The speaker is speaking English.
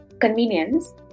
convenience